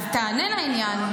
אז תענה לעניין.